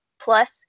plus